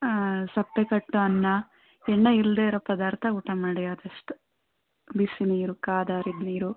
ಹಾಂ ಸಪ್ಪೆಕಟ್ಟು ಅನ್ನ ಎಣ್ಣೆ ಇಲ್ಲದೆ ಇರೋ ಪದಾರ್ಥ ಊಟ ಮಾಡಿ ಆದಷ್ಟು ಬಿಸಿ ನೀರು ಕಾದಾರಿದ ನೀರು